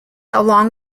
along